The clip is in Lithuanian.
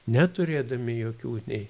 neturėdami jokių nei